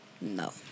No